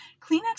Kleenex